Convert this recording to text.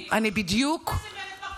מה זה, מרד בר כוכבא?